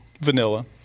vanilla